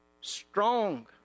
Strong